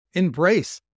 Embrace